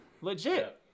Legit